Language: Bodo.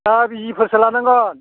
ना बिजिफोरसो लानांगोन